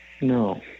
no